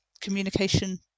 communication